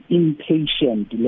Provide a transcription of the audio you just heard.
impatient